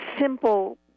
simple